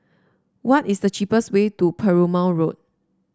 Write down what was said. what is the cheapest way to Perumal Road